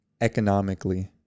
economically